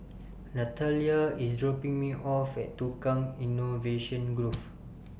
Natalya IS dropping Me off At Tukang Innovation Grove